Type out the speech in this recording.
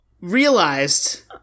Realized